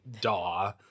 Daw